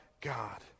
God